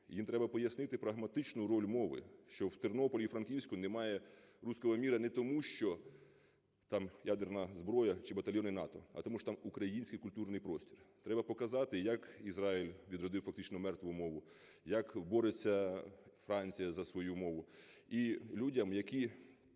Їм треба пояснити прагматичну роль мови, що у Тернополі і Франківську немає "русского мира" не тому, що там ядерна зброя чи батальйони НАТО, а тому, що там український культурний простір. Треба показати, як Ізраїль відродив фактично мертву мову, як бореться Франція за свою мову. І людям, які